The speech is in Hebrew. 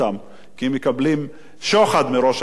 כי אם מקבלים שוחד מראש הממשלה,